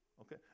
Okay